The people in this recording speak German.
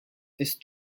ist